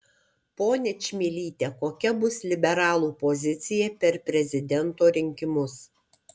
ponia čmilyte kokia bus liberalų pozicija per prezidento rinkimus